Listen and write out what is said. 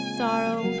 sorrow